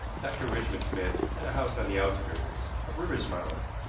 dr. richmond smith had a house on the outskirts of riversmouth,